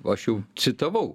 aš jau citavau